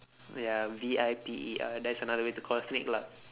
wait ah V I P E R that's another way to call snake lah